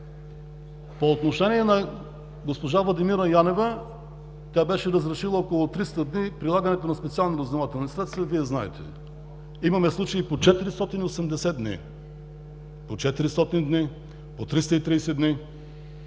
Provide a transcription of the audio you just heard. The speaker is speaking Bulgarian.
По отношение на госпожа Владимира Янева. Тя беше разрешила около 300 дни прилагането на специални разузнавателни средства, Вие знаете. Имаме случаи по 480 дни, по 400 дни, по 330 дни,